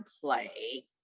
play